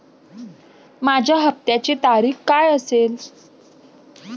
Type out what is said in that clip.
माझ्या हप्त्याची तारीख काय असेल?